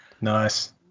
nice